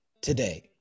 today